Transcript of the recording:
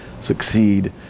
succeed